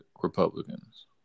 Republicans